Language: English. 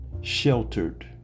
sheltered